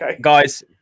guys